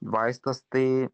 vaistas tai